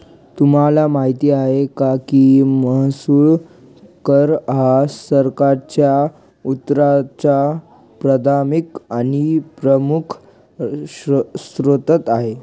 तुम्हाला माहिती आहे का की महसूल कर हा सरकारच्या उत्पन्नाचा प्राथमिक आणि प्रमुख स्त्रोत आहे